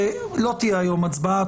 לא תהיה היום הצבעה.